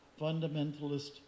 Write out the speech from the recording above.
Fundamentalist